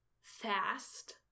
Fast